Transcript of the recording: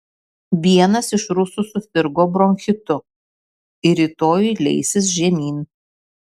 vienas iš rusų susirgo bronchitu ir rytoj leisis žemyn